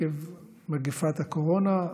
עקב מגפת הקורונה.